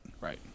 Right